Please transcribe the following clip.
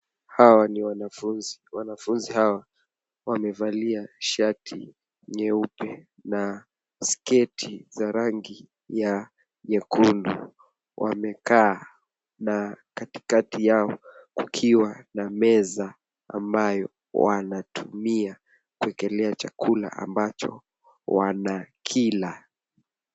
Hawa ni wanafunzi. Wanafunzi hawa wamevalia shati nyeupe na sketi za rangi ya nyekundu. Wamekaa na katikati yao kukiwa na meza ambayo watumia kuekelea chakula ambacho wanakila.